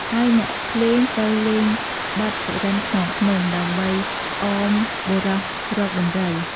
ហើយអ្នកភ្លេងត្រូវលេង បទសុរិន្ទខ្នងភ្នំ ដើម្បីអមបុរសរកដំរី។